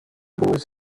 was